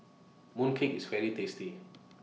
Mooncake IS very tasty